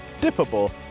dippable